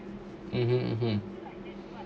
(uh huh)